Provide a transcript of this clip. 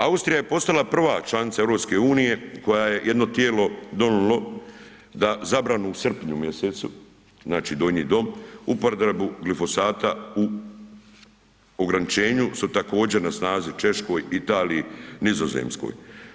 Austrija je postala prva članica EU-e koja je jedno tijelo donijelo da zabranu u srpnju mjesecu, znači Donji dom, upotrebu glifosata u ograničenju su također, na snazi, Češkoj, Italiji, Nizozemskoj.